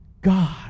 God